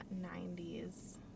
90s